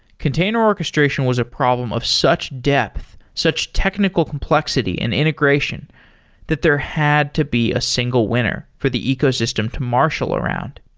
container orchestration was a problem of such depth, such technical complexity and integration that there had to be a single winner for the ecosystem to marshal around.